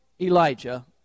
Elijah